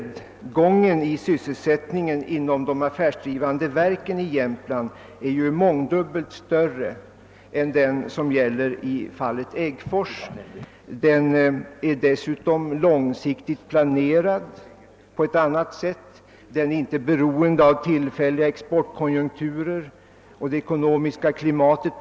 Nedgången i sysselsättningen inom de affärsdrivande verken i Jämtland är ju mångdubbelt större än den som blir följden av nedläggningen av Äggfors trämassefabrik. Den statliga verksamheten är dessutom planerad på ett annat sätt, den är inte på samma vis som ett enskilt skogsföretag beroende av tillfälliga exportkonjunkturer och av det allmänna ekonomiska klimatet.